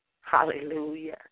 Hallelujah